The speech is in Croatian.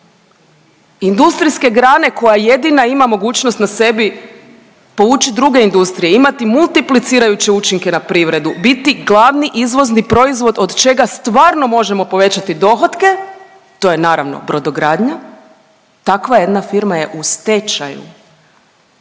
industrijske grane koja jedina ima mogućost na sebi poučit druge industrije, imati multiplicirajuće učinke na privredu, biti glavni izvozni proizvod od čega stvarno možemo povećati dohotke, to je naravno brodogradnja, takva jedna firma je u stečaju,